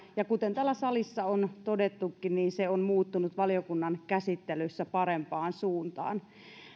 ja kuten täällä salissa on todettukin se on muuttunut valiokunnan käsittelyssä parempaan suuntaan